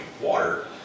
water